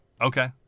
Okay